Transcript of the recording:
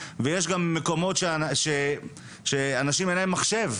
ויש גם מקומות שלאנשים אין מחשב,